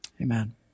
Amen